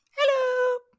Hello